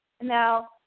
Now